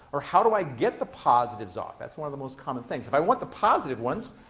or how do i get the positives off? that's one of the most common things. if i want the positive ones,